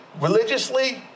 religiously